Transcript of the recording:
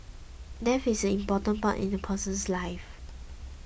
death is an important part in a person's life